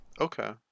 Okay